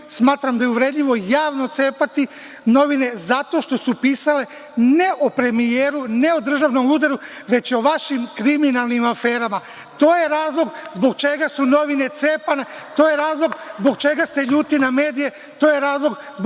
Smatram da je uvredljivo javno cepati novine zato što su pisale, ne o premijeru, ne o državnom udaru, već o vašim kriminalnim aferama. To je razlog zbog čega su novine cepane. To je razlog zbog čega ste ljuti na medije. To je razlog